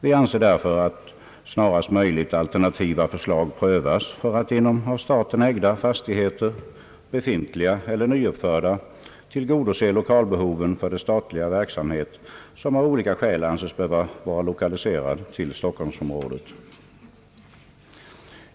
Vi anser därför att man snarast möjligt bör pröva alternativa förslag för att inom av staten ägda fastigheter — befintliga eller nyuppförda — tillgodose lokalbehoven för den statliga verksamhet som av olika skäl anses böra vara lokaliserad till stockholmsområdet.